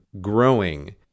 growing